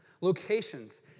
locations